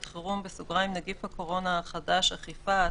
חירום (נגיף הקורונה החדש אכיפה),